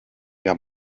der